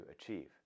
achieve